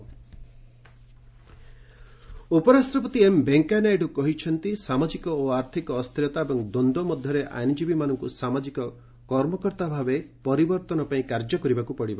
VP award ଉପରାଷ୍ଟ୍ରପତି M Venkaiah Naidu କହିଛନ୍ତି ସାମାଜିକ ଓ ଆର୍ଥିକ ଅସ୍ଥିରତା ଏବଂ ଦ୍ୱନ୍ଦ୍ୱ ମଧ୍ୟରେ ଆଇନଜୀବୀମାନଙ୍କୁ ସାମାଜିକ କର୍ମକର୍ତ୍ତା ଭାବେ ପରିବର୍ତ୍ତନ ପାଇଁ କାର୍ଯ୍ୟ କରିବାକୁ ପଡ଼ିବ